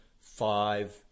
five